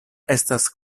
estas